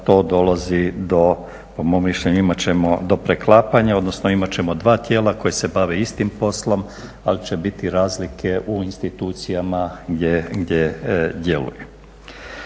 to dolazi do, po mom mišljenju imat ćemo do preklapanja, odnosno imat ćemo dva tijela koji se bave istim poslom ali će biti razlike u institucijama gdje djeluje.